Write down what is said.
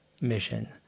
mission